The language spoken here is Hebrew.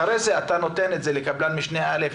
אחרי זה אם אתה נותן לקבלן משנה א',